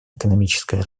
экономическое